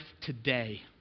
today